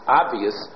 obvious